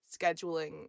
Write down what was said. scheduling